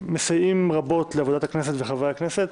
מסייעים רבות לעבודת הכנסת ולחברי הכנסת.